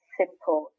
simple